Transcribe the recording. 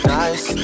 nice